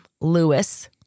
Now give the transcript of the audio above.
Lewis